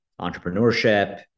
entrepreneurship